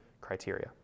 criteria